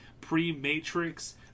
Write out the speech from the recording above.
pre-matrix